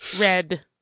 red